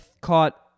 caught